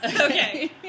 okay